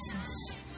Jesus